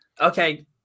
okay